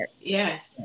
yes